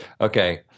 okay